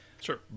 Sure